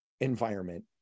environment